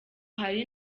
hari